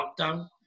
lockdown